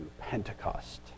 Pentecost